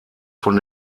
von